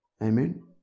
Amen